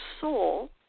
soul